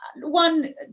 one